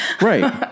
Right